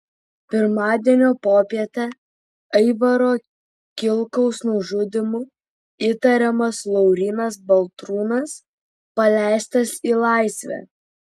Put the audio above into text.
pirmadienio popietę aivaro kilkaus nužudymu įtariamas laurynas baltrūnas paleistas į laisvę